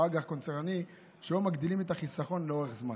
או אג"ח קונצרני שלא מגדילים את החיסכון לאורך זמן.